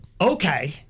Okay